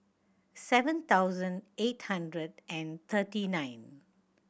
seven thousand eight hundred and thirty nine